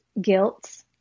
Guilt